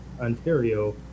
Ontario